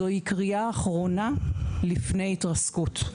זו היא קריאה אחרונה לפני התרסקות.